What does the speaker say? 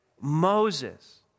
Moses